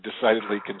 decidedly